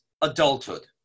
adulthood